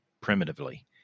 primitively